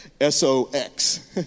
S-O-X